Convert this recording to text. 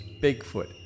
Bigfoot